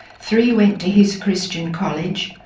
three went to his christian college,